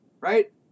right